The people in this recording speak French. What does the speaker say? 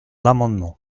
l’amendement